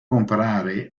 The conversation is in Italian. comprare